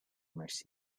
mercy